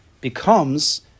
becomes